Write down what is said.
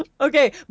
okay